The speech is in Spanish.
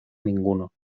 ninguno